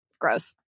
Gross